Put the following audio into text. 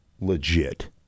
legit